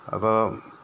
അപ്പോൾ